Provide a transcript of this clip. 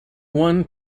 one